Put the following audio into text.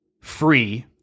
free